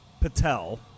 Patel